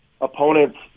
opponents